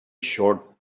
short